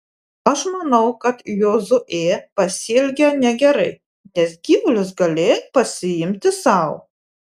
aš manau kad jozuė pasielgė negerai nes gyvulius galėjo pasiimti sau